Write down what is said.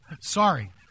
Sorry